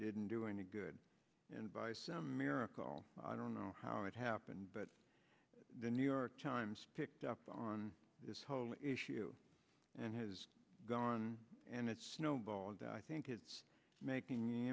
didn't do any good and by some miracle i don't know how it happened but the new york times picked up on this whole issue and has gone and it snowballed i think it's making